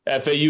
FAU